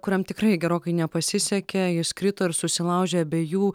kuriam tikrai gerokai nepasisekė jis krito ir susilaužė abiejų